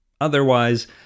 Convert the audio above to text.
Otherwise